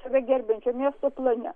save gerbiančio miesto plane